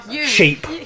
Sheep